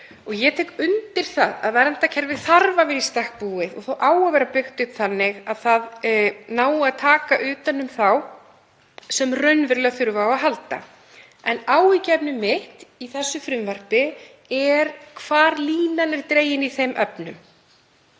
Ég tek undir það að verndarkerfið þarf að vera í stakk búið og á að vera byggt upp þannig að það nái að taka utan um þá sem raunverulega þurfa á að halda. En áhyggjuefni mitt í þessu frumvarpi er hvar línan er dregin í þeim efnum.